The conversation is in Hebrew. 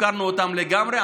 הפקרנו אותם לגמרי.